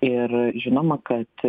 ir žinoma kad